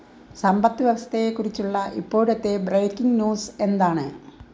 സമ്പദ് വ്യവസ്ഥയെക്കുറിച്ചുള്ള ഇപ്പോഴത്തെ ബ്രേക്കിംഗ് ന്യൂസ് എന്താണ്